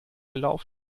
gelaufen